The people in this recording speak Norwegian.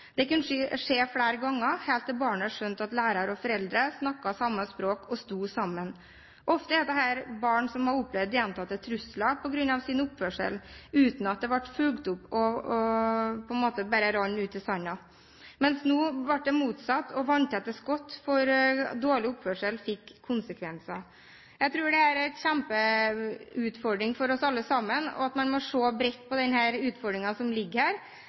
Det kunne skje flere ganger, helt til barnet skjønte at lærer og foreldre snakket samme språk og sto sammen. Ofte er dette barn som har opplevd gjentatte trusler på grunn av sin oppførsel, uten at det ble fulgt opp, og dermed rant det på en måte bare ut i sanden, mens nå ble det motsatt og vanntette skott, for dårlig oppførsel fikk konsekvenser. Jeg tror dette er en kjempeutfordring for oss alle sammen, og at man må se bredt på den utfordringen som ligger her.